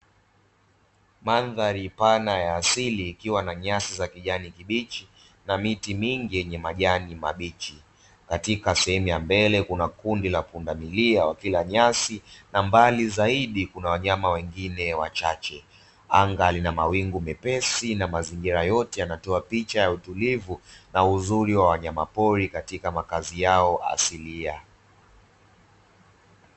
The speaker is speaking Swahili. Mandhari pana ya asili ikiwa na nyasi za kijani kibichi na miti mingi yenye majani mabichi, katika sehemu za mbele kuna kundi la pundamilia wakila nyasi na mbali zaidi kuna wanyama wengine wachache, anga lina mawingu mepesi na mazingira yote yanatoa picha ya utulivu na uzuri wa wanyama pori katika makazi yao asilia.